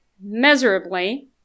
miserably